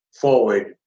forward